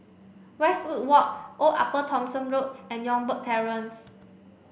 Westwood Walk Old Upper Thomson Road and Youngberg Terrace